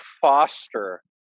foster